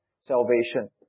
salvation